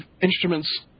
instruments